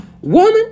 Woman